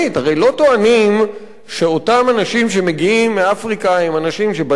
הרי לא טוענים שאותם אנשים שמגיעים מאפריקה הם אנשים שבאים,